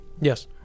Yes